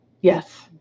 Yes